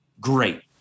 Great